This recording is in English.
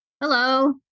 Hello